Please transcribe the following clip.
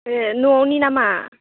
ए न'आवनि नामा